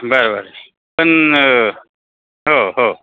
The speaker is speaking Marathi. बरोबर पण हो हो